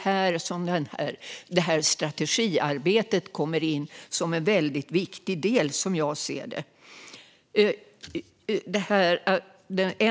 Här kommer strategiarbetet in som en väldigt viktig del, som jag ser det.